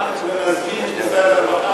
אחר כך ממזגים את משרד הרווחה,